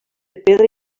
pedra